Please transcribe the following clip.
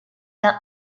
d’un